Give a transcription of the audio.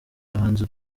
bahanzi